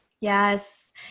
Yes